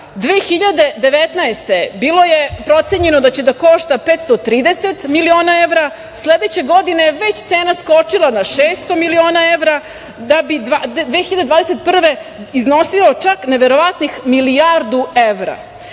godine bilo je procenjeno da će da košta 530 miliona, sledeće godine je već cena skočila na 600 miliona evra, da bi 2021. godine iznosio čak neverovatnih milijardu